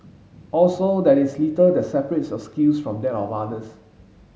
also there is little that separates your skills from that of others